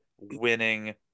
winning